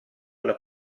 alla